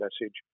message